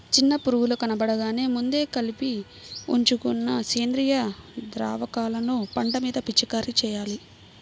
చిన్న పురుగులు కనబడగానే ముందే కలిపి ఉంచుకున్న సేంద్రియ ద్రావకాలను పంట మీద పిచికారీ చెయ్యాలి